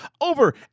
over